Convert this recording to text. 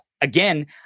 again